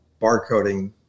barcoding